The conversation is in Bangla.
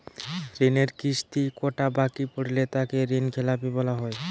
ঋণের কিস্তি কটা বাকি পড়লে তাকে ঋণখেলাপি বলা হবে?